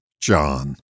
John